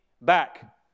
back